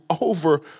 over